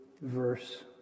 verse